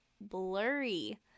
blurry